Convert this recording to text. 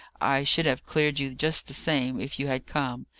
i should have cleared you just the same, if you had come.